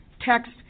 text